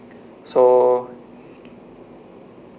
so